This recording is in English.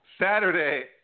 Saturday